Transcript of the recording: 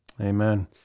Amen